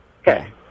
Okay